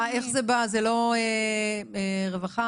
רווחה?